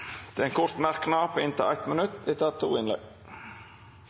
til en kort merknad, begrenset til 1 minutt.